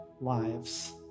lives